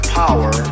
power